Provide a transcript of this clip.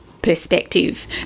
perspective